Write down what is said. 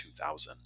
2000